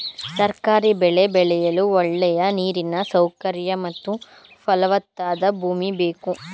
ತರಕಾರಿ ಬೆಳೆ ಬೆಳೆಯಲು ಒಳ್ಳೆಯ ನೀರಿನ ಸೌಕರ್ಯ ಮತ್ತು ಫಲವತ್ತಾದ ಭೂಮಿ ಬೇಕು